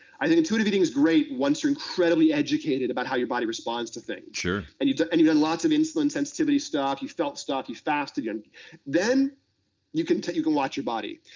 i think intuitive eating is great once you're incredibly educated about how your body responds to things. sure. and you've done lots of insulin sensitivity stuff, you've felt stuff, you've fasted, and then you can you can watch your body.